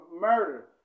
murder